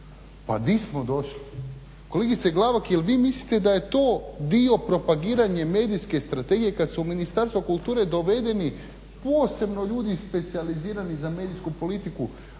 Pa di smo došli. Kolegice Glavak jel vi mislite da je to dio propagiranje medijske strategije kad su u Ministarstva kulture dovedeni posebno ljudi specijalizirani za medijsku politiku